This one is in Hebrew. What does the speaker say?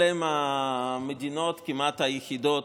אלה הן המדינות היחידות